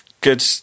Good